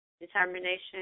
determination